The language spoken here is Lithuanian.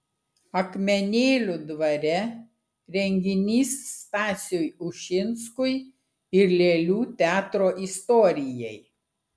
akmenėlių dvare renginys stasiui ušinskui ir lėlių teatro istorijai